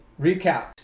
recap